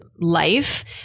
life